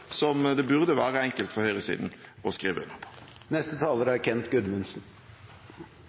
som det burde være enkelt for høyresiden å skrive under på. Det som fikk meg til å ta ordet her, er